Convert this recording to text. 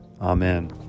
Amen